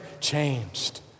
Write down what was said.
changed